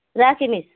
राखेँ मिस